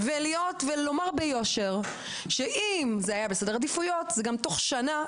ולומר ביושר שאם זה היה בסדר העדיפויות גם תוך שנה,